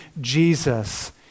Jesus